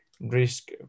risk